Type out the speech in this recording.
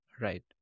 Right